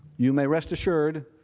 you may rest assured,